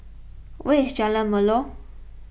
where is Jalan Melor